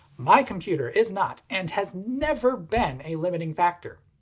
my computer is not and has never been a limiting factor.